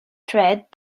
tread